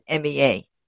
MEA